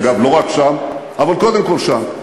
אגב, לא רק שם, אבל קודם כול שם.